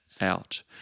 out